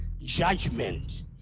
judgment